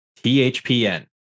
THPN